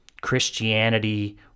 Christianity